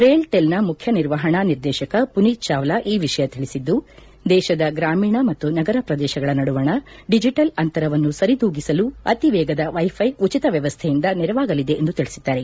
ರೈಲ್ಟೆಲ್ನ ಮುಖ್ಯ ನಿರ್ವಹಣಾ ನಿರ್ದೇಶಕ ಮನೀತ್ ಚಾವ್ಲಾ ಈ ವಿಷಯ ತಿಳಿಸಿದ್ದು ದೇಶದ ಗ್ರಾಮೀಣ ಮತ್ತು ನಗರ ಪ್ರದೇಶಗಳ ನಡುವಣ ಡಿಜೆಟಲ್ ಅಂತರವನ್ನು ಸರಿದೂಗಿಸಲು ಅತಿವೇಗದ ವೈಫೈ ಉಚಿತ ವ್ಯವಸ್ಥೆಯಿಂದ ನೆರವಾಗಲಿದೆ ಎಂದು ತಿಳಿಸಿದ್ದಾರೆ